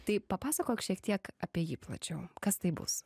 tai papasakok šiek tiek apie jį plačiau kas tai bus